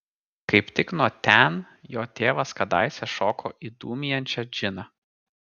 kaip tik nuo ten jo tėvas kadaise šoko į dūmijančią džiną